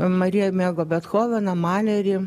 marija mėgo bethoveną malerį